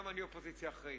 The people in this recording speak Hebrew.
גם אני אופוזיציה אחראית.